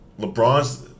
LeBron's